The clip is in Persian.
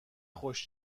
خوش